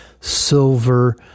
silver